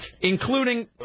Including